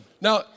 Now